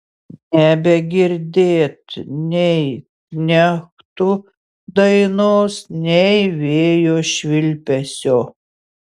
nebegirdėt nei knechtų dainos nei vėjo švilpesio